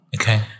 Okay